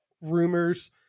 rumors